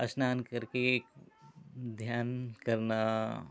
स्नान करके ध्यान करना